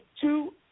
two